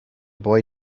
boy